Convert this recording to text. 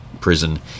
prison